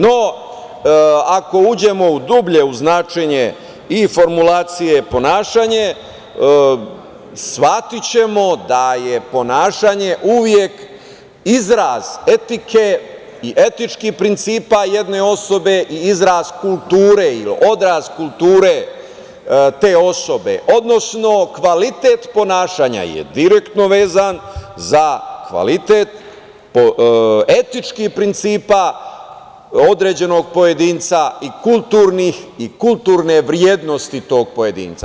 No, ako uđemo dublje u značenje i formulacije ponašanja, shvatićemo da je ponašanje uvek izraz etike i etičkih principa jedne osobe i izraz kulture ili odraz kulture te osobe, odnosno kvalitet ponašanja je direktno vezan za kvalitet etičkih principa određenog pojedinca i kulturne vrednosti tog pojedinca.